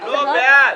לא, בעד.